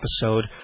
episode